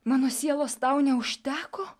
mano sielos tau neužteko